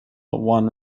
one